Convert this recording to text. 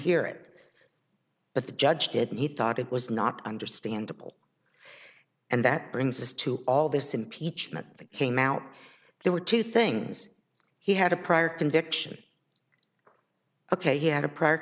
hear it but the judge did and he thought it was not understandable and that brings us to all this impeachment came out there were two things he had a prior conviction ok he had a prior